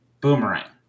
boomerang